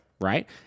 Right